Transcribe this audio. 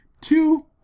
Two